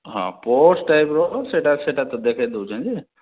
ହଁ ସ୍ପୋର୍ଟ୍ସ୍ ଟାଇପ୍ର ସେଟା ସେଟା ତ ଦେଖେଇ ଦେଉଛେଁ ଯେ